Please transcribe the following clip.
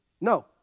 No